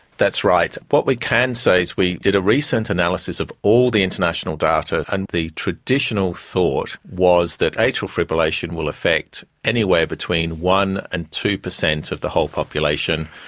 that's right. what we can say is we did a recent analysis of all the international data, and the traditional thought was that atrial fibrillation will affect anywhere between one percent and two percent of the whole population,